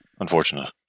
Unfortunate